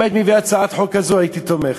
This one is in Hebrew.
אם היית מביאה הצעת חוק כזו הייתי תומך,